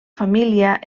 família